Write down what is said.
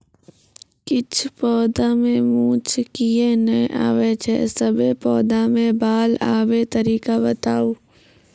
किछ पौधा मे मूँछ किये नै आबै छै, सभे पौधा मे बाल आबे तरीका बताऊ?